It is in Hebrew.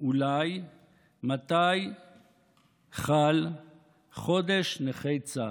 אולי מתי חל חודש נכי צה"ל?